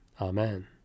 Amen